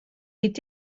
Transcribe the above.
est